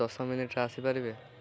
ଦଶ ମିନିଟରେ ଆସିପାରିବେ